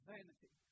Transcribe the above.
Vanity